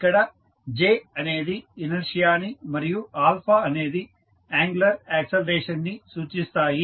ఇక్కడ J అనేది ఇనర్షియాని మరియు అనేది యాంగులర్ యాక్సిలరేషన్ ని సూచిస్తాయి